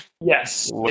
yes